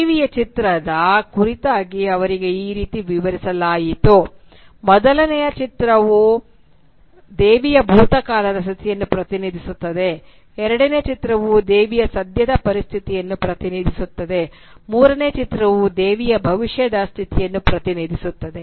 ದೇವಿಯ ಚಿತ್ರದ ಕುರಿತಾಗಿ ಅವರಿಗೆ ಈ ರೀತಿ ವಿವರಿಸಲಾಯಿತು ಮೊದಲನೆಯ ಚಿತ್ರವೂ ದೇವಿಯ ಭೂತಕಾಲದ ಸ್ಥಿತಿಯನ್ನು ಪ್ರತಿನಿಧಿಸುತ್ತದೆ ಎರಡನೇ ಚಿತ್ರವು ದೇವಿಯ ಸದ್ಯದ ಪರಿಸ್ಥಿತಿಯನ್ನು ಪ್ರತಿನಿಧಿಸುತ್ತದೆ ಮೂರನೆಯ ಚಿತ್ರವು ದೇವಿಯ ಭವಿಷ್ಯದ ಸ್ಥಿತಿಯನ್ನು ಪ್ರತಿನಿಧಿಸುತ್ತದೆ